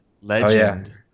legend